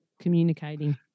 communicating